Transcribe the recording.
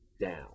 down